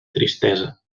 tristesa